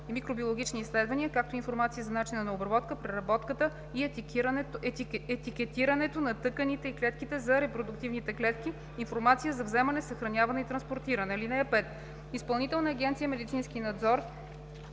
и микробиологични изследвания, както и информация за начина на обработката, преработката и етикетирането на тъканите и клетките, а за репродуктивните клетки – информация за вземане, съхраняване и транспортиране. (5) Изпълнителна агенция „Медицински надзор“